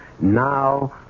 now